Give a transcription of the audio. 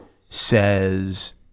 says